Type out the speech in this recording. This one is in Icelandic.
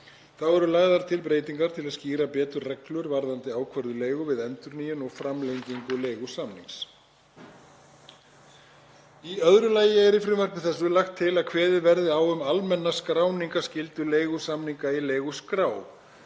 Þá eru lagðar til breytingar til að skýra betur reglur varðandi ákvörðun leigu við endurnýjun eða framlengingu leigusamnings. Í öðru lagi er í frumvarpinu lagt til að kveðið verði á um almenna skráningaskyldu leigusamninga í leiguskrá.